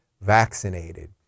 vaccinated